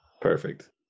Perfect